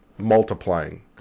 multiplying